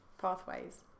Pathways